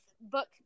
book